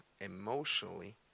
emotionally